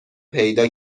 پیدا